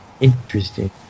Interesting